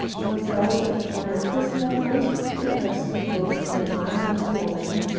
whilst i was at the foreign office that night he arrested both the man and the woman.